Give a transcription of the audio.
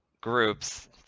groups